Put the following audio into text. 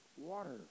water